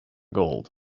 gold